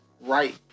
right